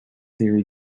theory